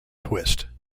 twist